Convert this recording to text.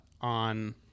on